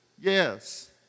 Yes